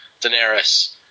Daenerys